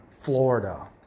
Florida